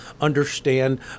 understand